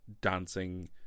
dancing